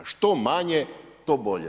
Što manje, to bolje.